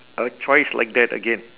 a choice like that again